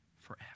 forever